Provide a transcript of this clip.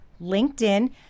LinkedIn